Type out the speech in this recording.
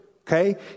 okay